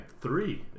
three